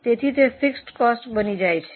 તેથી તે fix cost બની જાય છે